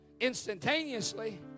instantaneously